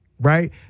right